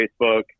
Facebook